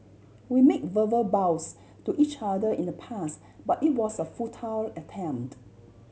we made verbal vows to each other in the past but it was a futile attempt